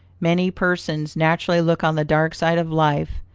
many persons naturally look on the dark side of life,